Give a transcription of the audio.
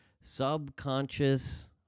subconscious